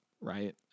right